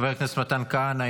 חבר הכנסת מתן כהנא,